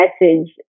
message